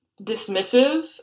dismissive